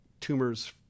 tumors